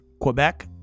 quebec